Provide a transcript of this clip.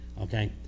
Okay